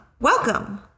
Welcome